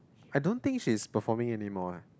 I don't think she is performing anymore eh